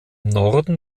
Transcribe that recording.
norden